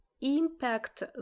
impact